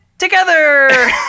together